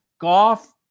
golf